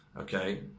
okay